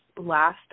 last